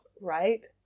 Right